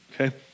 Okay